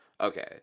Okay